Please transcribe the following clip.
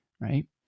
right